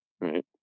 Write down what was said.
right